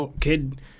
Kid